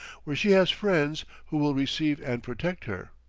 where she has friends who will receive and protect her.